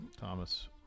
Thomas